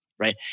right